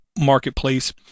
Marketplace